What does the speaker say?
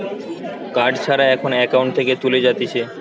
card ছাড়া এখন account থেকে তুলে যাতিছে